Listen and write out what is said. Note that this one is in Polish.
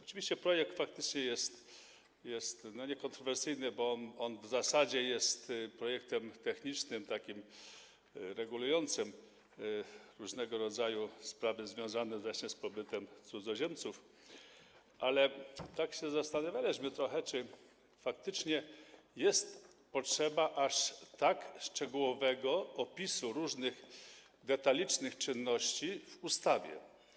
Oczywiście projekt faktycznie jest niekontrowersyjny, bo w zasadzie jest projektem technicznym, regulującym różnego rodzaju sprawy związane z pobytem cudzoziemców, ale zastanawialiśmy się, czy faktycznie jest potrzeba aż tak szczegółowego opisu różnych detalicznych czynności w ustawie.